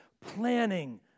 planning